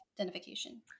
identification